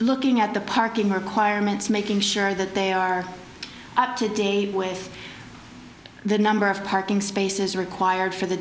looking at the parking requirements making sure that they are up to date with the number of parking spaces required for the